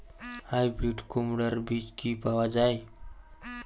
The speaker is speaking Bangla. হাইব্রিড কুমড়ার বীজ কি পাওয়া য়ায়?